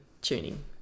tuning